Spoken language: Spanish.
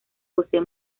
posee